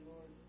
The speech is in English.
Lord